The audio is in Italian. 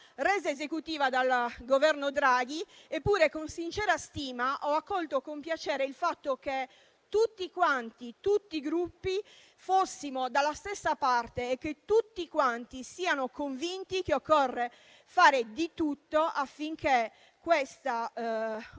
resa esecutiva dal Governo Draghi. Eppure, con sincera stima ho accolto con piacere il fatto che tutti quanti fossimo dalla stessa parte e che tutti quanti siano convinti che occorra fare tutto ciò che è possibile